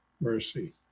mercy